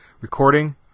recording